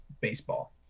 baseball